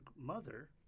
mother